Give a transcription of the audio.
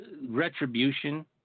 retribution